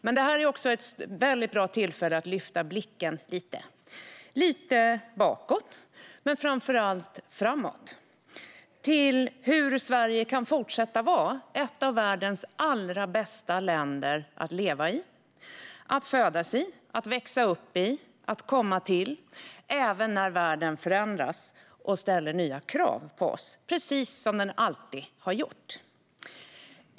Men det här är också ett bra tillfälle att lyfta blicken lite, lite bakåt men framför allt framåt, för att se hur Sverige kan fortsätta vara ett av världens allra bästa länder att leva i - att födas och växa upp i eller komma till - även när världen förändras och ställer nya krav på oss, precis som den alltid har gjort.